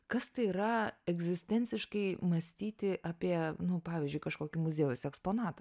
kas tai yra egzistenciškai mąstyti apie nu pavyzdžiui kažkokį muziejaus eksponatą